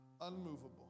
unmovable